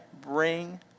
Bring